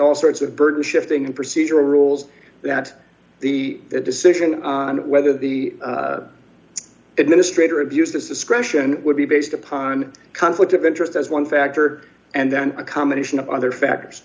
all sorts of burden shifting and procedural rules that the decision on whether the administrator abused its discretion would be based upon a conflict of interest as one factor and then a combination of other factors